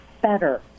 better